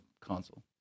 console